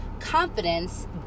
Confidence